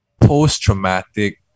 post-traumatic